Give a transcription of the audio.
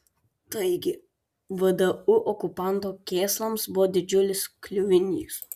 taigi vdu okupanto kėslams buvo didžiulis kliuvinys